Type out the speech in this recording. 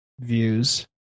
views